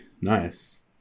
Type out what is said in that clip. nice